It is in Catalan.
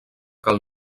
cal